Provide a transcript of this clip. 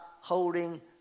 holding